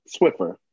Swiffer